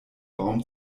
baum